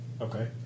Okay